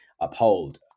uphold